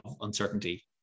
uncertainty